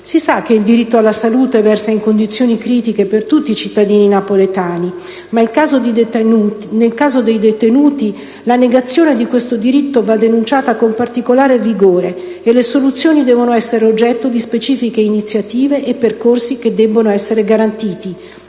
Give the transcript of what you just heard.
Si sa che il diritto alla salute versa in condizioni critiche per tutti i cittadini napoletani, ma nel caso dei detenuti la negazione di questo diritto va denunciata con particolare vigore e le soluzioni devono essere oggetto di specifiche iniziative e percorsi garantiti.